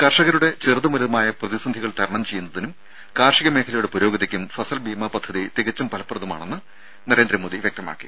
കർഷകരുടെ ചെറുതും വലുതുമായ പ്രതിസന്ധികൾ തരണം ചെയ്യുന്നതിനും കാർഷിക മേഖലയുടെ പുരോഗതിക്കും ഫസൽബീമാ പദ്ധതി തികച്ചും ഫലപ്രദമാണെന്ന് നരേന്ദ്രമോദി വ്യക്തമാക്കി